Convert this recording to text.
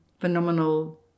phenomenal